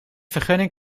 vergunning